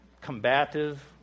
combative